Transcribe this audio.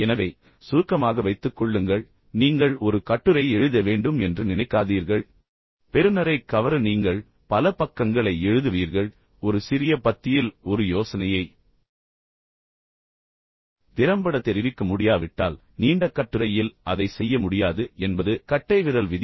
எனவே சுருக்கமாக வைத்துக் கொள்ளுங்கள் நீங்கள் ஒரு கட்டுரை எழுத வேண்டும் என்று நினைக்காதீர்கள் பெறுநரைக் கவர நீங்கள் பல பக்கங்களை எழுதுவீர்கள் ஒரு சிறிய பத்தியில் ஒரு யோசனையை திறம்பட தெரிவிக்க முடியாவிட்டால் நீண்ட கட்டுரையில் அதை செய்ய முடியாது என்பது கட்டைவிரல் விதி